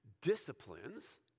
disciplines